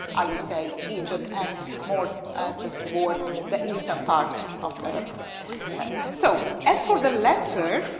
i would say, egypt and more just toward the eastern part of the so as far the letter,